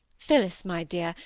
phillis, my dear,